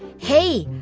hey,